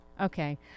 Okay